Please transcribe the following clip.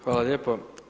Hvala lijepo.